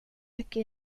mycket